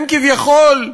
הם כביכול,